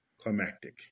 climactic